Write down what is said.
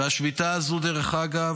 השביתה הזו, דרך אגב,